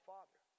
Father